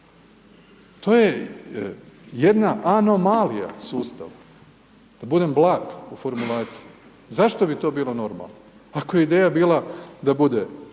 To je jedna anomalija sustava da budem blag u formulaciji. Zašto bi to bilo normalno ako je ideja da bude